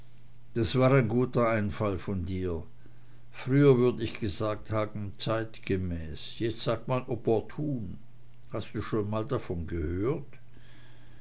das war ein guter einfall von dir früher würd ich gesagt haben zeitgemäß jetzt sagt man opportun hast du schon mal davon gehört